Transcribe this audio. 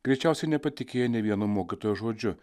greičiausiai nepatikėjo nė vienu mokytojo žodžiu